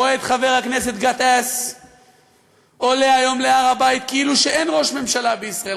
רואה את חבר הכנסת גטאס עולה היום להר-הבית כאילו אין ראש ממשלה בישראל.